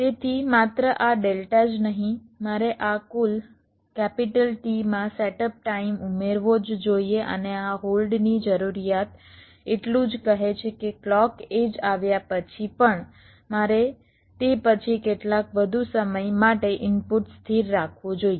તેથી માત્ર આ ડેલ્ટા જ નહીં મારે આ કુલ કેપિટલ T માં આ સેટઅપ ટાઇમ ઉમેરવો જ જોઇએ અને આ હોલ્ડની જરૂરિયાત એટલું જ કહે છે કે ક્લૉક એડ્જ આવ્યા પછી પણ મારે તે પછી કેટલાક વધુ સમય માટે ઇનપુટ સ્થિર રાખવું જોઈએ